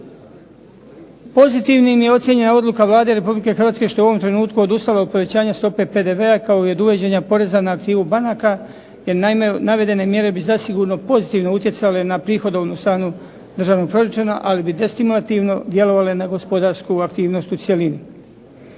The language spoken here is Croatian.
Pozitivnim je ocijenjena odluka Vlade Republike Hrvatske što je u ovom trenutku odustala od povećanja stope PDV-a kao i od uvođenja poreza na aktivu banaka. Jer naime, navedene mjere bi zasigurno pozitivno utjecale na prihodovnu stranu državnog proračuna, ali bi destimulativno djelovale na gospodarsku aktivnost u cjelini.